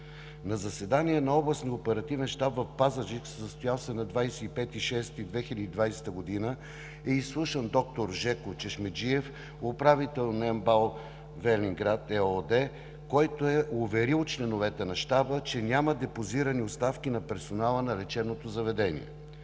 На заседание на Областния оперативен щаб в Пазарджик, състояло се на 25 юни 2020 г., е изслушан доктор Жеко Чешмеджиев – управител на „МБАЛ – Велинград“ ЕООД, който е уверил членовете на Щаба, че няма депозирани оставки на персонала на лечебното заведение.